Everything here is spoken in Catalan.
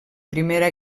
primera